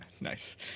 Nice